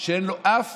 שאין לו אף